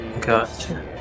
gotcha